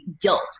guilt